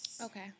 Okay